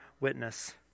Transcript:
witness